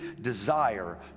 desire